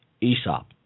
Aesop